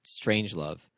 Strangelove